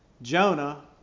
Jonah